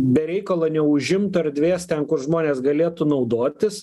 be reikalo neužimtų erdvės ten kur žmonės galėtų naudotis